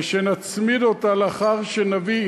ושנצמיד אותה לאחר שנביא,